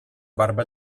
barba